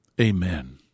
amen